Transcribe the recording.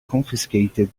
confiscated